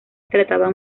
trataban